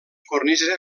cornisa